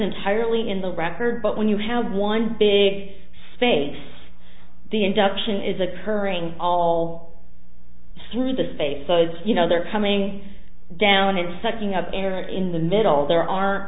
entirely in the record but when you have one big space the induction is occurring all through the state says you know they're coming down and sucking up air in the middle there are